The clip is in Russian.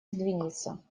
сдвинется